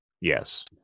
Yes